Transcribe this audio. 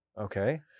Okay